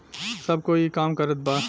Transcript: सब कोई ई काम करत बा